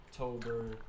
October